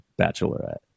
Bachelorette